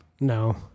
no